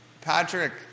Patrick